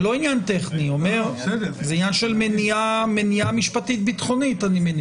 זה עניין של מניעה משפטית ביטחונית.